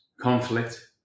conflict